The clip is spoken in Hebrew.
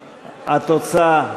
התוצאה: